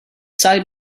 side